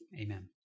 amen